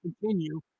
continue